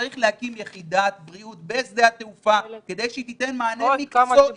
צריך להקים יחידת בריאות בשדה התעופה כדי שהיא תיתן מענה מקצועי.